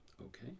Okay